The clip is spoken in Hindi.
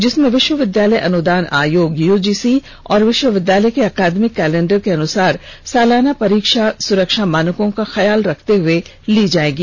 जिसमें विष्वविधालय अनुदान आयोग यूजीसी और विष्वविधालय के अकादमिक कैलेण्डर के अनुसार सालाना परीक्षा सुरक्षा मानकों का ख्याल रखते हुए ली जाएगी